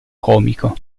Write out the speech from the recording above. comico